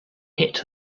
hit